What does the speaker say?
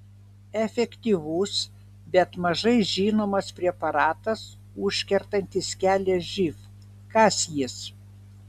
efektyvus bet mažai žinomas preparatas užkertantis kelią živ kas jis